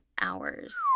hours